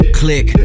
click